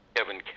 Kevin